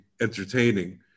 entertaining